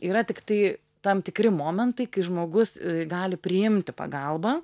yra tiktai tam tikri momentai kai žmogus gali priimti pagalbą